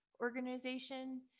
organization